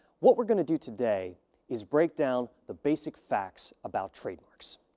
what we're going to do today is break down the basic facts about trademarks.